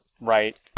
right